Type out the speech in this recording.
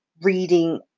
reading